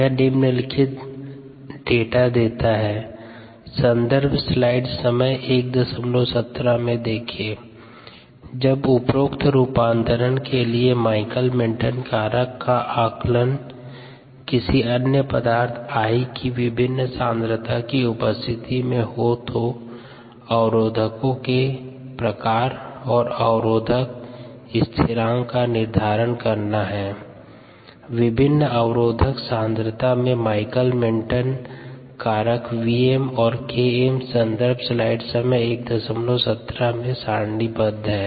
यह निम्नलिखित डेटा देता है कारक Vm और Km सन्दर्भ स्लाइड समय 0117 में सारणीबद्ध है